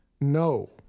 No